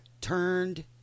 turned